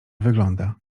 wygląda